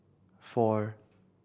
four